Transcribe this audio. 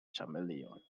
chameleon